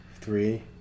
Three